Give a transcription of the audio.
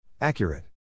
Accurate